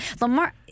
Lamar